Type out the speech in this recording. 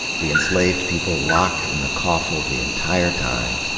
the enslaved people locked in the coffle the entire time,